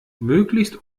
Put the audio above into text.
möglichst